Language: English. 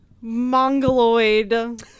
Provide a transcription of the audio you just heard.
mongoloid